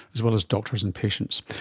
as well as doctors and patients.